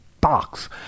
box